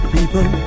people